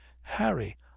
harry